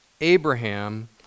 Abraham